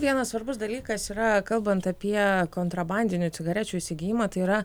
vienas svarbus dalykas yra kalbant apie kontrabandinių cigarečių įsigijimą tai yra